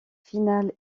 final